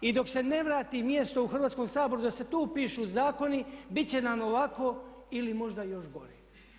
I dok se ne vrati mjesto u Hrvatskom saboru da se tu pišu zakoni bit će nam ovako ili možda još gore.